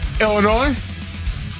Illinois